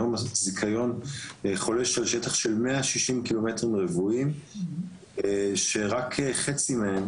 כיום הזיכיון נוגע לשטח של 160 קמ"ר שרק חצי מהם